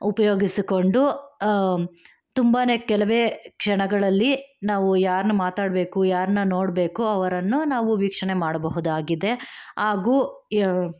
ಉಪಯೋಗಿಸಿಕೊಂಡು ತುಂಬಾ ಕೆಲವೇ ಕ್ಷಣಗಳಲ್ಲಿ ನಾವು ಯಾರನ್ನ ಮಾತಾಡಬೇಕು ಯಾರನ್ನ ನೋಡಬೇಕು ಅವರನ್ನು ನಾವು ವೀಕ್ಷಣೆ ಮಾಡಬಹುದಾಗಿದೆ ಹಾಗೂ